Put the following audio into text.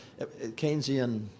Keynesian